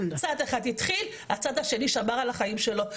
צד אחד התחיל הצד השני שמר על החיים שלו.